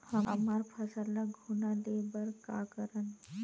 हमर फसल ल घुना ले बर का करन?